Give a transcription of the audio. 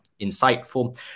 insightful